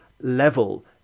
level